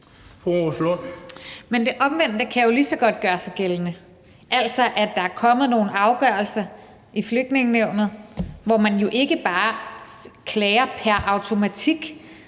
Men det omvendte kan jo lige så godt gøre sig gældende, altså at der er blevet truffet nogle afgørelser i Flygtningenævnet, som man jo ikke bare klager til pr. automatik,